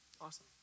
awesome